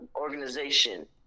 organization